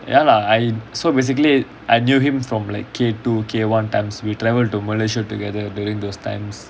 ya lah I so basically I knew him from like K two K one times we will travel to malaysia together during those times